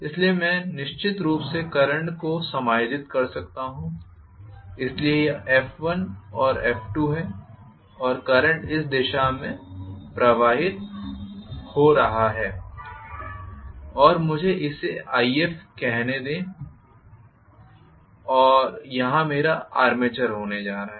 इसलिए मैं निश्चित रूप से करंट को समायोजित कर सकता हूं इसलिए यह F1F2है और करंट इस दिशा में प्रवाहित हो रहा है और मुझे इसे If कहने दें और यहां मेरा आर्मेचर होने जा रहा है